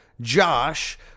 Josh